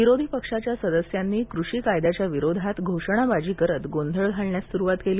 विरोधी पक्ष सदस्यांनी कृषी कायद्याच्या विरोधात घोषणाबाजी करत गोंधळ घालण्यास सुरुवात केली